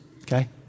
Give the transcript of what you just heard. Okay